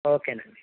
okay అండి